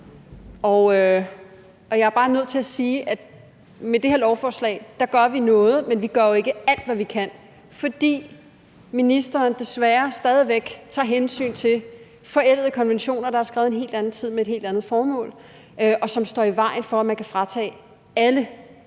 og jeg er bare nødt til at sige, at vi med det her lovforslag gør noget, men at vi jo ikke gør alt, hvad vi kan, fordi ministeren desværre stadig væk tager hensyn til forældede konventioner, der er skrevet i en helt anden tid og med et helt andet formål, og som står i vejen for, at man kan fratage alle